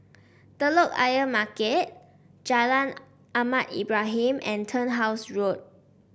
Telok Ayer Market Jalan Ahmad Ibrahim and Turnhouse Road